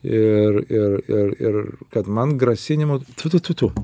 ir ir ir ir kad man grasinimų thu thu thu thu